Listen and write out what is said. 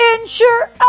ensure